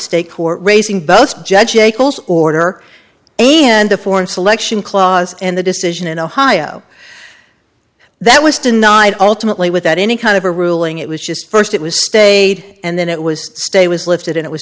state court raising both judge a close order and the foreign selection clause and the decision in ohio that was denied ultimately without any kind of a ruling it was just first it was stayed and then it was stay was lifted and it was